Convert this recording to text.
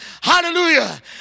Hallelujah